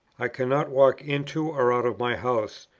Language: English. i cannot walk into or out of my house,